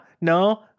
No